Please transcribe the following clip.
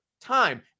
time